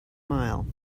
mile